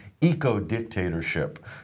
eco-dictatorship